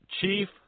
chief